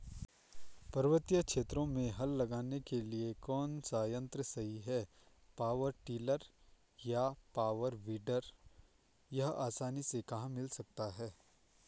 पर्वतीय क्षेत्रों में हल लगाने के लिए कौन सा यन्त्र सही है पावर टिलर या पावर वीडर यह आसानी से कहाँ मिल सकता है?